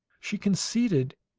she conceded.